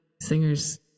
singers